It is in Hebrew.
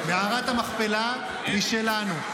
מערת המכפלה היא שלנו,